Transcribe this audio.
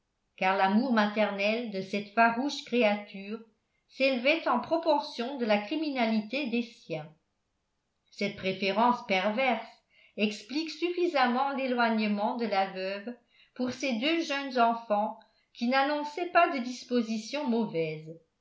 car l'amour maternel de cette farouche créature s'élevait en proportion de la criminalité des siens cette préférence perverse explique suffisamment l'éloignement de la veuve pour ses deux jeunes enfants qui n'annonçaient pas de dispositions mauvaises